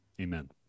Amen